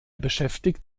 beschäftigt